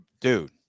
dude